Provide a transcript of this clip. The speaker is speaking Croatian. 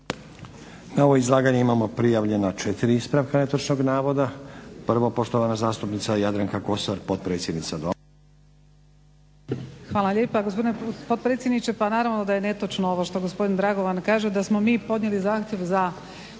Na ovo izlaganje imamo prijavljena četiri ispravka netočnog navoda. Prvo poštovana zastupnica Jadranka Kosor, potpredsjednica